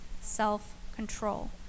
self-control